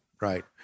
right